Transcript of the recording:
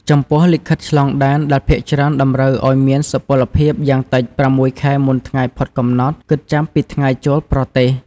ចំពោះលិខិតឆ្លងដែនភាគច្រើនតម្រូវឱ្យមានសុពលភាពយ៉ាងតិច ៦ ខែមុនថ្ងៃផុតកំណត់ គិតចាប់ពីថ្ងៃចូលប្រទេស។